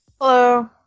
Hello